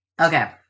okay